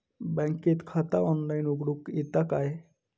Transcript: बँकेत खाता ऑनलाइन उघडूक येता काय?